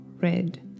red